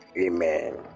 Amen